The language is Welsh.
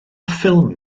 ffilm